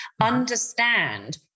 understand